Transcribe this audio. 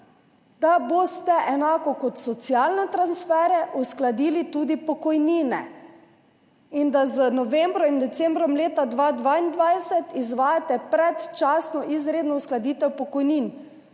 da boste enako kot socialne transfere uskladili tudi pokojnine in da z novembrom in decembrom leta 2022 izvajate predčasno izredno uskladitev pokojnin.